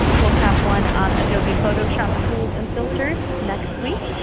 we'll have one on adobe photoshop tools and filters next week,